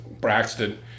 Braxton